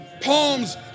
palms